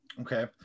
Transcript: Okay